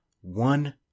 One